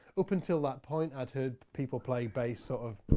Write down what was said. up until that point, i'd heard people play bass ah um